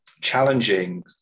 challenging